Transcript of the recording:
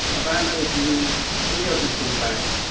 a van that they can use in the aylesbury food bank.